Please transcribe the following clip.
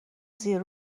زیر